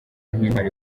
nk’intwari